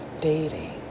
Dating